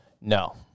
No